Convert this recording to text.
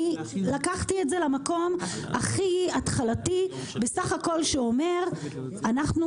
אני לקחתי את זה למקום הכי התחלתי בסך הכול שאומר: אנחנו